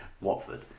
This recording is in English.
Watford